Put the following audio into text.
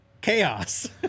chaos